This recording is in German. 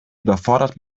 überfordert